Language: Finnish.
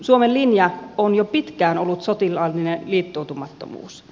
suomen linja on jo pitkään ollut sotilaallinen liittoutumattomuus